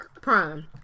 Prime